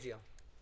קטי.